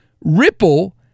ripple